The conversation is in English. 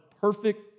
perfect